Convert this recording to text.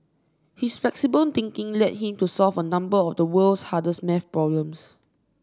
his flexible thinking led him to solve a number of the world's hardest maths problems